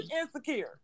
insecure